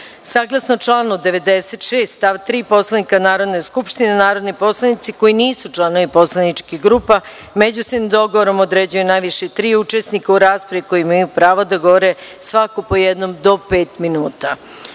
minuta. Saglasno članu 96. stav 3. Poslovnika Narodne skupštine, narodni poslanici koji nisu članovi poslaničkih grupa, međusobnim dogovorom određuju najviše tri učesnika u raspravi, koji imaju pravo da govore svako po jednom, do pet minuta. Molim